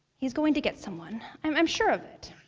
he's going to get someone. i'm sure of it.